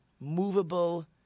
movable